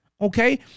okay